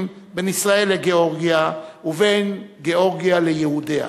בין ישראל לגאורגיה ובין גאורגיה ליהודיה.